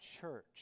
church